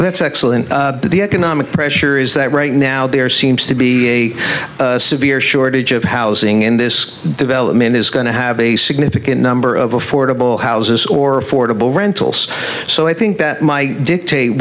that's excellent but the economic pressure is that right now there seems to be a severe shortage of housing in this development is going to have a significant number of affordable houses or affordable rentals so i think that my dictate